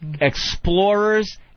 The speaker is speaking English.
explorers